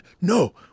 No